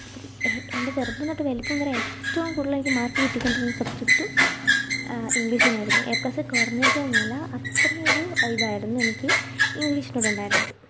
അപ്പം എൻ്റെ ചെറുപ്പം തൊട്ടു വലിപ്പം വരെ ഏറ്റവും കൂടുതൽ എനിക്ക് മാർക്ക് കിട്ടിക്കൊണ്ടിരുന്ന സബ്ജെക്റ്റും ഇംഗ്ലീഷ് തന്നെയായിരുന്നു എ പ്ലസ്സിൽ കുറഞ്ഞിട്ടുതന്നെ ഇല്ല അത്രയും ഒരു ഇതായിരുന്നു എനിക്ക് ഇംഗ്ലീഷിനോട് ഉണ്ടായിരുന്നത്